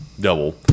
double